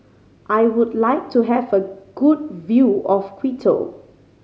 I would like to have a good view of Quito